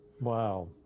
Wow